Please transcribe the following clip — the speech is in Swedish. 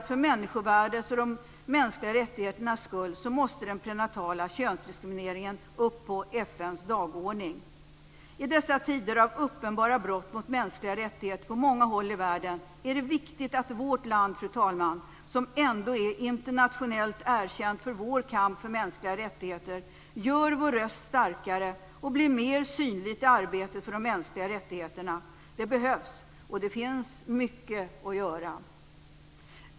För människovärdets och de mänskliga rättigheternas skull anser jag att den prenatala könsdiskrimineringen måste upp på FN:s dagordning. I dessa tider av uppenbara brott mot mänskliga rättigheter på många håll i världen är det viktigt, fru talman, att vårt land, som ändå är internationellt erkänt för vår kamp för mänskliga rättigheter, blir mer synligt och att vi gör vår röst starkare i arbetet för de mänskliga rättigheterna. Det behövs, och det finns mycket att göra.